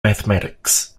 mathematics